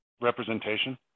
representation